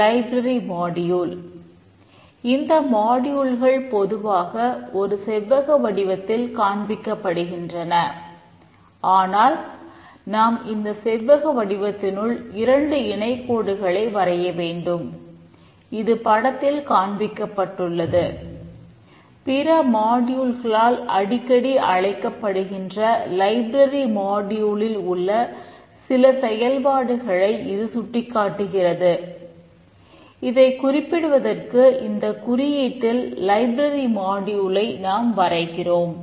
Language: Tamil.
ஸ்ட்ரக்சர் சார்ட் நாம் வரைகிறோம்